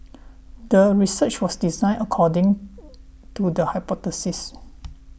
the research was designed according to the hypothesis